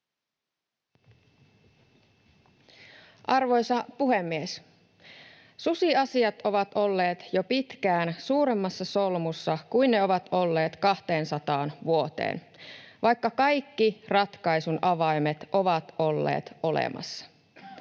Arvoisa puhemies! Susiasiat ovat olleet jo pitkään suuremmassa solmussa kuin ne ovat olleet 200 vuoteen, vaikka kaikki ratkaisun avaimet ovat olleet olemassa.